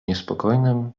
niespokojnym